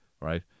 right